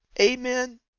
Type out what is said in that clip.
Amen